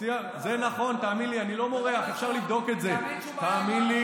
זה נכון, תאמין לי.